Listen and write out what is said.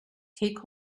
take